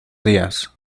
días